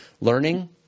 learning